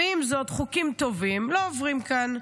ועם זאת, חוקים טובים לא עוברים כאן.